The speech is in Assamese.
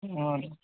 অঁ